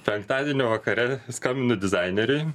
penktadienio vakare skambinu dizaineriui